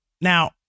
Now